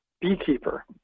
beekeeper